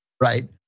right